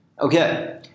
Okay